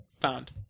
found